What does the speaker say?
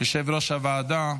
יושב-ראש הוועדה.